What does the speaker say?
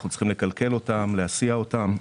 אנחנו צריכים לכלכל אותם, להסיע אותם.